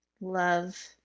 love